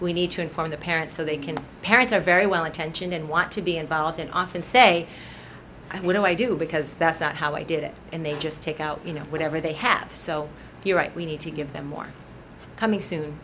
we need to inform the parents so they can parents are very well intentioned and want to be involved and often say what do i do because that's not how i did it and they just take out you know whatever they have so you're right we need to give them more coming soon